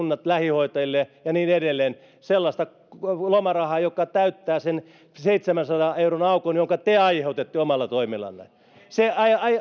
lähihoitajille ja niin edelleen sellaista lomarahaa joka täyttää sen seitsemänsadan euron aukon jonka te aiheutitte omilla toimillanne se